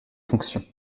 fonctions